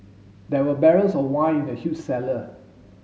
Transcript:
there were barrels of wine in the huge cellar